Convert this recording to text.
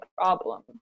problem